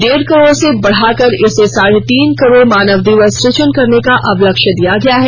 डेढ़ करोड़ से बढ़ाकर इसे साढ़े तीन करोड़ मानव दिवस सुजन करने का अब लक्ष्य दिया गया है